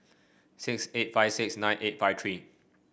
six eight five six nine eight five three